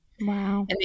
Wow